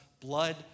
blood